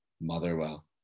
Motherwell